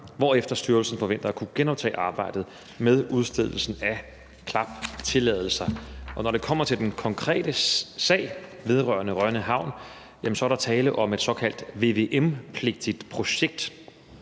hvorefter styrelsen forventer at kunne genoptage arbejdet med udstedelsen af klaptilladelser. Når det kommer til den konkrete sag vedrørende Rønne Havn, er der tale om et såkaldt vvm-pligtigt projekt.